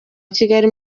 kigali